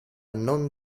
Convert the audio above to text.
non